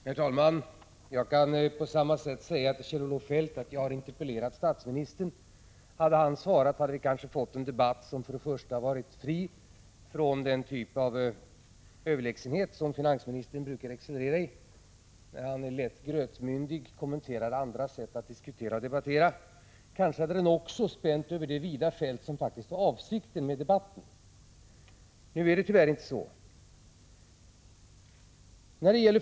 Herr talman! Jag kan på samma sätt säga till Kjell-Olof Feldt att jag har interpellerat statsministern. Hade han svarat hade vi kanske fått en debatt som för det första varit fri från den typ av överlägsenhet som finansministern brukar excellera i när han lätt grötmyndig kommenterar andras sätt att diskutera och debattera. Kanske hade den också spänt över det vida fält som faktiskt var avsikten med debatten. Nu är det tyvärr inte så.